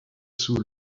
sous